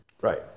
Right